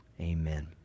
amen